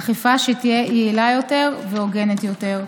אכיפה שתהיה יעילה יותר והוגנת יותר.